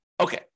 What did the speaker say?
Okay